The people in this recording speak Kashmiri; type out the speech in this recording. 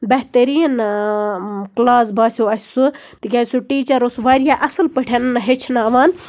بہتٔریٖن کٕلاس باسیٚو اَسہِ سُہ تکیاز سُہ ٹیٖچَر اوس واریاہ اصٕل پٲٹھۍ ہیٚچھناوان